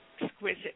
Exquisite